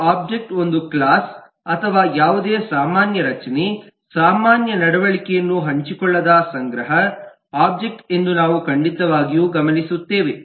ಒಂದು ಒಬ್ಜೆಕ್ಟ್ ಒಂದು ಕ್ಲಾಸ್ ಅಥವಾ ಯಾವುದೇ ಸಾಮಾನ್ಯ ರಚನೆ ಸಾಮಾನ್ಯ ನಡವಳಿಕೆಯನ್ನು ಹಂಚಿಕೊಳ್ಳದ ಸಂಗ್ರಹ ಒಬ್ಜೆಕ್ಟ್ ಎಂದು ನಾವು ಖಂಡಿತವಾಗಿ ಗಮನಿಸುತ್ತೇವೆ